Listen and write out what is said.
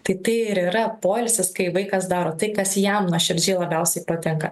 tai tai ir yra poilsis kai vaikas daro tai kas jam nuoširdžiai labiausiai patinka